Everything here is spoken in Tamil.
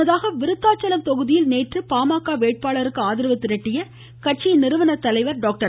முன்னதாக நேற்று விருத்தாச்சலம் தொகுதியில் பாமக வேட்பாளருக்கு ஆதரவு திரட்டிய கட்சி நிறுவனத்தலைவர் டாக்டர்